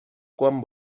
quan